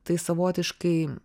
tai savotiškai